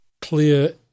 clear